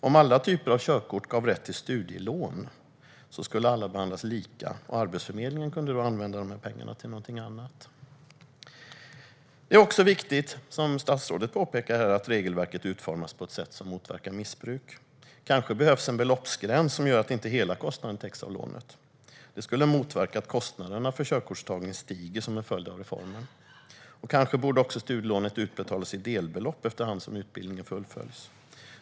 Om alla typer av körkort gav rätt till studielån skulle alla behandlas lika, och Arbetsförmedlingen kunde då använda dessa pengar till annat. Det är också viktigt, som statsrådet påpekar, att regelverket utformas på ett sätt som motverkar missbruk. Kanske behövs en beloppsgräns som gör att inte hela kostnaden täcks av lånet. Det skulle motverka att kostnaderna för körkortstagning stiger som en följd av reformen. Kanske borde också studielånet utbetalas i delbelopp efter hand som utbildningen fullföljs.